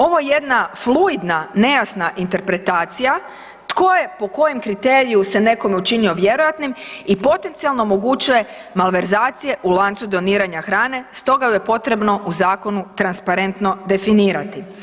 Ovo je jedna fluidna nejasna interpretacija tko je po kojem kriteriju se nekome učinio vjerojatnim i potencijalno omogućuje malverzacije u lancu doniranja hrane, stoga ju je potrebno u zakonu transparentno definirati.